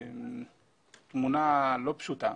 ומצאתי תמונה לא פשוטה.